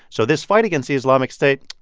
so this fight against the islamic state,